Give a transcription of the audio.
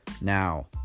Now